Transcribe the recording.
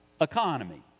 economy